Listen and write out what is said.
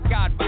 God